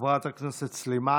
חברת הכנסת סלימאן,